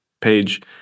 page